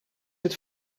het